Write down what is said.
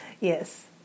Yes